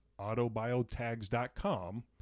autobiotags.com